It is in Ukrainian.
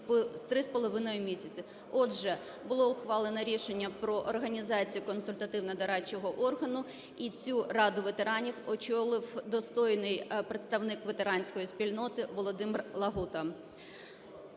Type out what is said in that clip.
три з половиною місяці. Отже, було ухвалено рішення про організацію консультативно-дорадчого органу, і цю Раду ветеранів очолив достойний представник ветеранської спільноти Володимир Лагута.